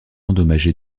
endommagées